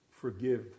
forgive